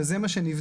וזה מה שנבדק,